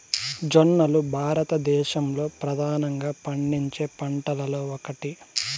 జొన్నలు భారతదేశంలో ప్రధానంగా పండించే పంటలలో ఒకటి